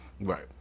Right